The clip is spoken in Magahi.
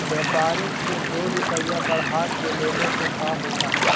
व्यापारिक के दो रूपया बढ़ा के लेने से का होता है?